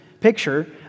picture